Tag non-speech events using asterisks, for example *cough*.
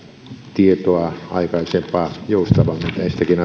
tietoa aikaisempaa joustavammin näistäkin *unintelligible*